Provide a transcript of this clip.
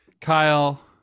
Kyle